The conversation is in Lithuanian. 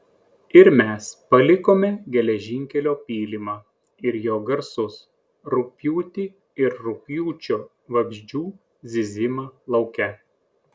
ir mes palikome geležinkelio pylimą ir jo garsus rugpjūtį ir rugpjūčio vabzdžių zyzimą lauke